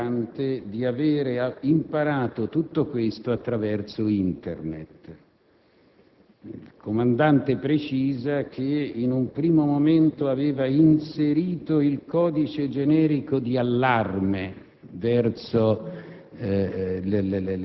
riferendo, lui stesso, al comandante di aver imparato tutto ciò attraverso Internet. Il comandante precisa che, in un primo momento, aveva inserito il codice generico di allarme